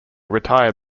retired